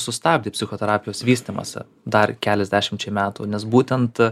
sustabdė psichoterapijos vystymąsi dar keliasdešimčiai metų nes būtent